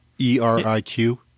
E-R-I-Q